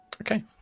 Okay